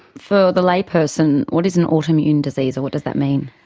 for the layperson, what is an autoimmune disease or what does that mean?